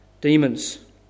demons